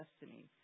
destiny